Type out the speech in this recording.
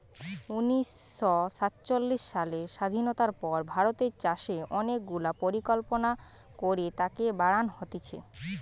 উনিশ শ সাতচল্লিশ সালের স্বাধীনতার পর ভারতের চাষে অনেক গুলা পরিকল্পনা করে তাকে বাড়ান হতিছে